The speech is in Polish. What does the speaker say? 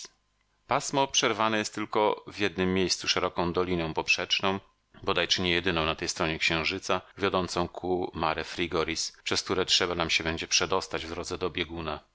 pasmo przerwane jest tylko w jednem miejscu szeroką doliną poprzeczną bodaj czy nie jedyną na tej stronie księżyca wiodącą ku mare frigoris przez które trzeba nam się będzie przedostać w drodze do bieguna na